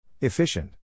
Efficient